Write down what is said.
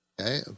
okay